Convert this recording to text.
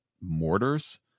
mortars